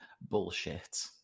bullshit